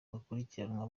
bakurikiranwa